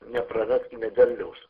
nepraraskime derliaus